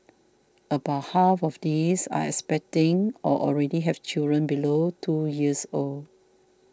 about half of these are expecting or already have children below two years old